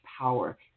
power